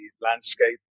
landscape